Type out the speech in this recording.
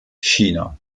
china